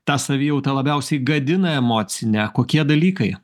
tą savijautą labiausiai gadina emocinę kokie dalykai